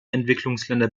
entwicklungsländer